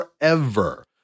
forever